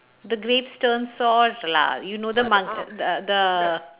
the grapes turn sour lah you know the monk~ uh the the